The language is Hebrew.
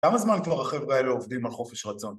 כמה זמן כבר החברה האלה עובדים על חופש רצון?